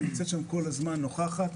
היא כל הזמן נוכחת.